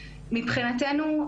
מבחינתנו,